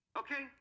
okay